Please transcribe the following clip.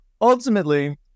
ultimately